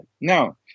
No